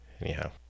Anyhow